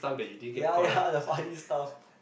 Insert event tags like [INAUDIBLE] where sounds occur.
ya ya [LAUGHS] the funny stuff